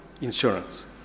insurance